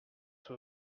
soi